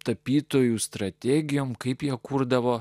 tapytojų strategijom kaip jie kurdavo